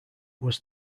was